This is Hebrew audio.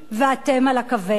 ואתם על הכוונת.